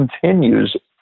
continues